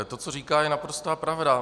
To, co říká, je naprostá pravda.